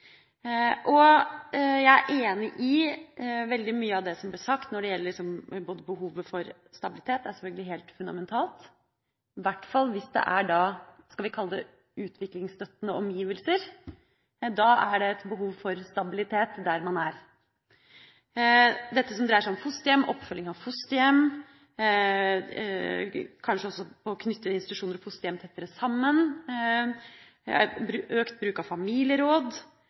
Jeg er enig i veldig mye av det som ble sagt når det gjelder behovet for stabilitet. Det er selvfølgelig helt fundamentalt, i hvert fall hvis det er – skal vi kalle det – utviklingsstøttende omgivelser. Da er det et behov for stabilitet der man er. Også når det gjelder det som dreier seg om fosterhjem og oppfølging av fosterhjem, kanskje også å knytte institusjoner og fosterhjem tettere sammen samt økt bruk av familieråd